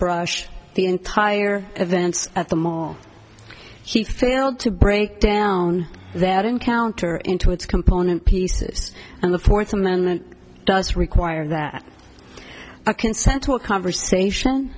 brush the entire events at the mall he failed to break down that encounter into its component pieces and the fourth amendment does require that consent to a conversation